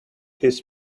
his